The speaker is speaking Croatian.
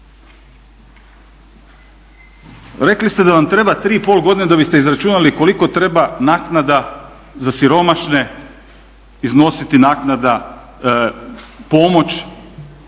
Rekli ste da vam treba 3,5 godine da biste izračunali koliko treba naknada za siromašne iznositi naknada, pomoć